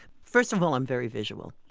first of all, i'm very visual,